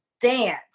dance